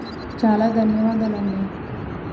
చాలా ధన్యవాదాలు అండి